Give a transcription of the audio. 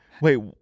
Wait